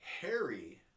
Harry